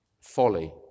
folly